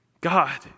God